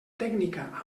tècnica